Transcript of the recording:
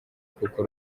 kuko